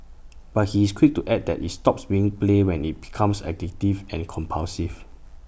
but he is quick to add that IT stops being play when IT becomes addictive and compulsive